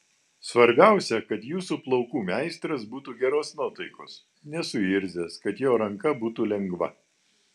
svarbiausia kad jūsų plaukų meistras būtų geros nuotaikos nesuirzęs kad jo ranka būtų lengva